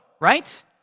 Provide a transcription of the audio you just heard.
right